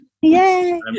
yay